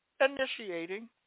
initiating